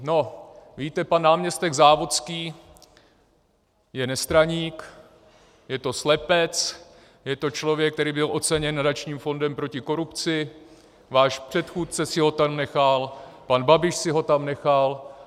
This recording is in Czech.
No, víte, pan náměstek Závodský je nestraník, je to slepec, je to člověk, který byl oceněn Nadačním fondem proti korupci, váš předchůdce si ho tam nechal, pan Babiš si ho tam nechal.